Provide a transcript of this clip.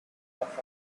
parapet